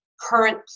current